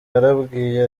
yarambwiye